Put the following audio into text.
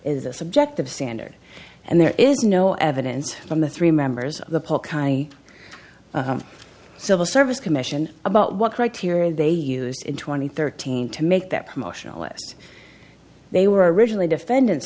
is a subjective standard and there is no evidence from the three members of the poll chi civil service commission about what criteria they use in two thousand and thirteen to make that promotional list they were originally defendants